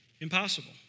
Impossible